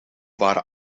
waren